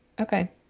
okay